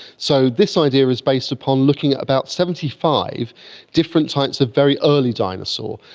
so this idea is based upon looking at about seventy five different types of very early dinosaur,